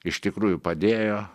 iš tikrųjų padėjo